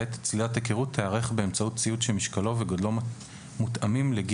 זה כמו שאתה לא תנסה על ילד בצלילת היכרות ציוד מיוחד שנועד לצלילות